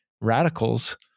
radicals